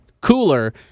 cooler